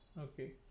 Okay